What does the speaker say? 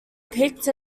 picked